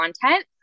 content